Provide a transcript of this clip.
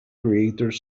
creators